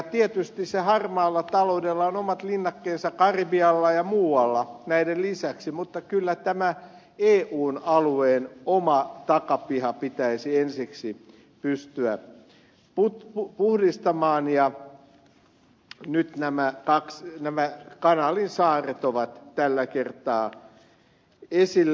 tietysti harmaalla taloudella on omat linnakkeensa karibialla ja muualla näiden lisäksi mutta kyllä tämä eun alueen oma takapiha pitäisi ensiksi pystyä puhdistamaan ja nyt nämä kanaalin saaret ovat tällä kertaa esillä